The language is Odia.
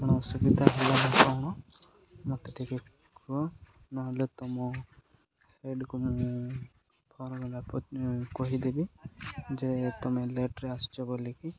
କଣ ଅସୁବିଧା ହେଲା କଣ ମୋତେ ଟିକେ କୁହ ନହେଲେ ତମ ହେଡ଼କୁ ମୁଁ ଫୋନ ହେଲା କହିଦେବି ଯେ ତମେ ଲେଟରେ ଆସୁଛ ବୋଲିକି